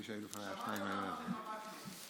שמעת מה אמר לך מרגי,